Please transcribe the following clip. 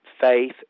faith